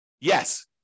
Yes